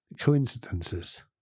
coincidences